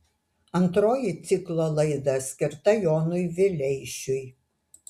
antroji ciklo laida skirta jonui vileišiui